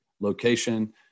location